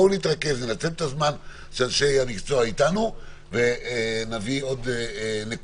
בואו נתרכז וננצל את הזמן שאנשי המקצוע אתנו ונביא עוד נקודות,